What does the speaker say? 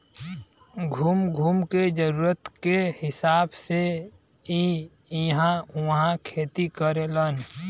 घूम घूम के जरूरत के हिसाब से इ इहां उहाँ खेती करेलन